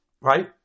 right